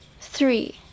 three